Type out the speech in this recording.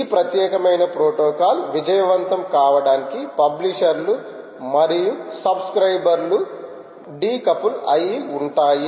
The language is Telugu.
ఈ ప్రత్యేకమైన ప్రోటోకాల్ విజయవంతం కావడానికి పబ్లిషర్లు మరియు సబ్స్క్రయిబర్ లు డీ కపుల్ అయి ఉంటాయి